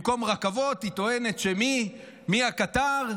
במקום רכבות, היא טוענת שמי הקטר?